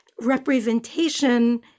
representation